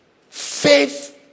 Faith